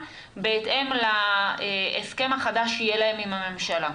בהתאם להסכם החדש שיהיה להם עם הממשלה.